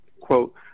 quote